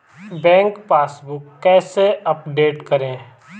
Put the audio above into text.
Bank passbook कैसे update करें?